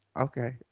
okay